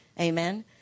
Amen